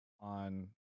on